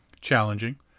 challenging